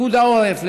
לפיקוד העורף,